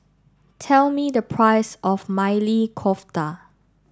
tell me the price of Maili Kofta